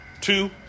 Two